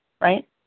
right